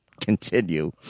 continue